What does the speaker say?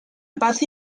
paz